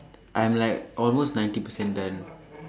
I'm like almost ninety percent done